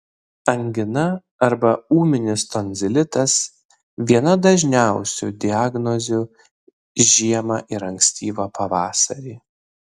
angina arba ūminis tonzilitas viena dažniausių diagnozių žiemą ir ankstyvą pavasarį